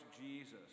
Jesus